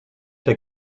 der